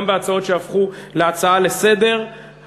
גם בהצעות שהפכו להצעה לסדר-היום,